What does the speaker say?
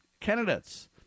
candidates